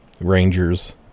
Rangers